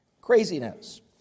craziness